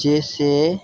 जे से